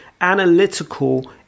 analytical